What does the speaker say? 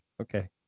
Okay